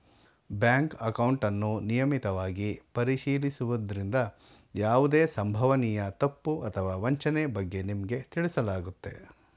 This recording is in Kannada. ಬ್ಯಾಂಕ್ ಅಕೌಂಟನ್ನು ನಿಯಮಿತವಾಗಿ ಪರಿಶೀಲಿಸುವುದ್ರಿಂದ ಯಾವುದೇ ಸಂಭವನೀಯ ತಪ್ಪು ಅಥವಾ ವಂಚನೆ ಬಗ್ಗೆ ನಿಮ್ಗೆ ತಿಳಿಸಲಾಗುತ್ತೆ